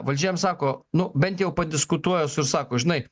valdžia jam sako na bent jau padiskutuoja su ir sako žinai